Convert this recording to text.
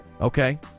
okay